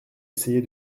essayer